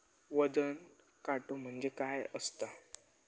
वजन काटो म्हणजे काय असता?